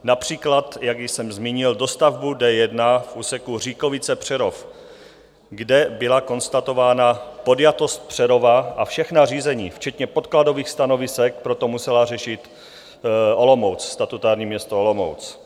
Například, jak již jsem zmínil, dostavbu D1 v úseku ŘíkovicePřerov, kde byla konstatována podjatost Přerova, a všechna řízení včetně podkladových stanovisek proto muselo řešit statutární město Olomouc.